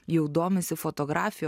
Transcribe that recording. jau domisi fotografija